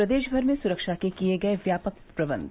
प्रदेश भर में सुरक्षा के किए गये व्यापक प्रबंध